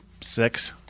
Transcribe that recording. six